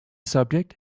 subject